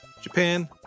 Japan